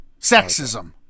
Sexism